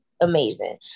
amazing